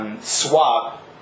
swap